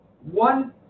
One